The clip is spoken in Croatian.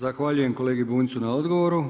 Zahvaljujem kolegi Bunjcu na odgovoru.